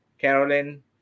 Carolyn